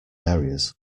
areas